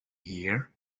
here